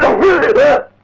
word about